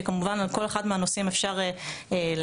שכמובן על כל אחד מהנושאים אפשר להעמיק,